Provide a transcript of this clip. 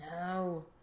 No